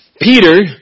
Peter